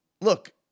look